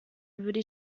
würde